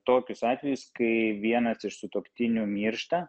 tokius atvejus kai vienas iš sutuoktinių miršta